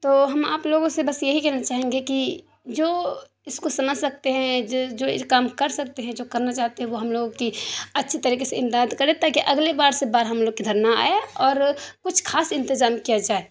تو ہم آپ لوگوں سے بس یہی کہنا چاہیں گے کہ جو اس کو سمجھ سکتے ہیں جو جو اس کام کو کر سکتے ہیں جو کرنا چاہتے ہیں وہ ہم لوگوں کی اچھی طریقے سے امداد کرے تاکہ اگلے بار سے باڑھ ہم لوگوں کے ادھر نہ آئے اور کچھ خاص انتظام کیا جائے